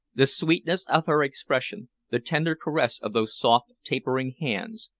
the sweetness of her expression, the tender caress of those soft, tapering hands,